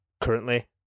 currently